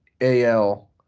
AL